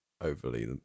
overly